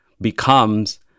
becomes